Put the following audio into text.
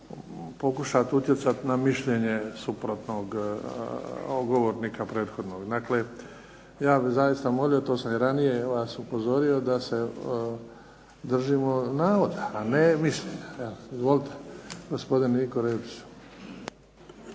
pokušati utjecati na mišljenje suprotnog govornika prethodnog. Dakle, ja bih zaista molio, to sam i ranije vas upozorio da se držimo navoda a ne mišljenja. Evo, izvolite. Gospodin Niko Rebić.